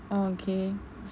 okay